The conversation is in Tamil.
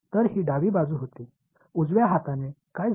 எனவே இது இடது புறம் இருந்தது வலது புறத்தில் என்ன நடந்தது